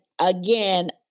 again